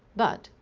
but,